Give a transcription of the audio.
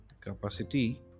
Capacity